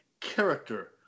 character